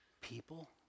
people